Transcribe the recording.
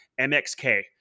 MXK